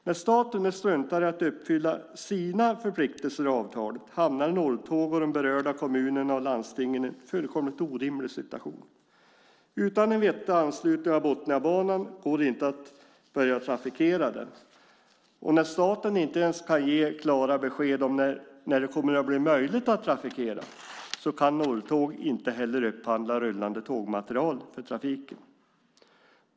När staten struntar i att uppfylla sina förpliktelser i avtalet hamnar Norrtåg och de berörda kommunerna och landstingen i en fullkomligt orimlig situation. Utan en vettig anslutning av Botniabanan går det inte att börja trafikera den. Eftersom staten inte kan ge klara besked om när det blir möjligt att trafikera kan Norrtåg inte heller upphandla rullande tågmateriel för trafiken.